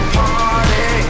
party